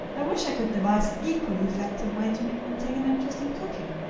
i wish i could devise an equally effective way to make them take an interest in cooking.